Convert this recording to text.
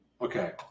Okay